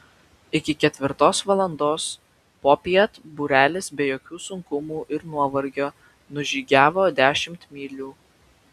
iki ketvirtos valandos popiet būrelis be jokių sunkumų ir nuovargio nužygiavo dešimt mylių